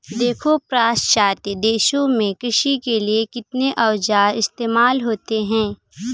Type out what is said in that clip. देखो पाश्चात्य देशों में कृषि के लिए कितने औजार इस्तेमाल होते हैं